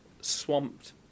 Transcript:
swamped